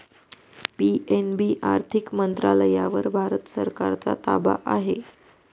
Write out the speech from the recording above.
PNB आर्थिक मंत्रालयावर भारत सरकारचा ताबा आहे